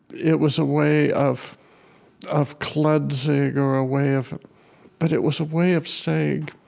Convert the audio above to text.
it was a way of of cleansing or a way of but it was a way of saying